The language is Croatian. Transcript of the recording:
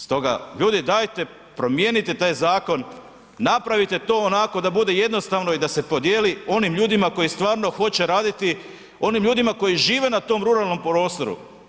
Stoga, ljudi, dajte promijenite taj zakon, napravite to onako da bude jednostavno i da se podijeli onim ljudima koji stvarno hoće raditi, onim ljudima koji žive na tom ruralnom prostoru.